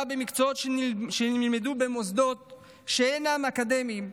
במקצועות שנלמדו במוסדות שאינם אקדמיים,